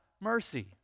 mercy